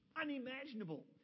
unimaginable